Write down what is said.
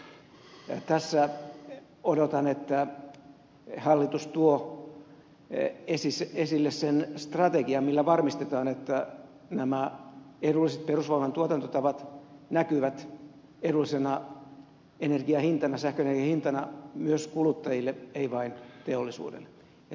tässä odotan että hallitus tuo esille sen strategian jolla varmistetaan että nämä edulliset perusvoiman tuotantotavat näkyvät edullisena sähköenergian hintana myös kuluttajille eivät vain teollisuudelle